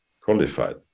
qualified